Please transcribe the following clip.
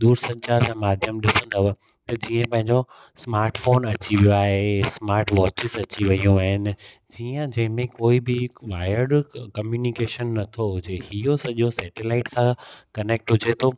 दूर संचार जा माध्यम ॾिसंदव त जीअं पंहिंजो स्मार्ट फ़ोन अची वियो आहे स्मार्ट वॉचिस अची वयूं आहिनि जीअं जंहिं में कोई बि वायर्ड कंम्यूनिकेशन नथो हुजे इहो सॼो सेटेलाइट खां कनेक्ट हुजे थो